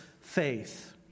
faith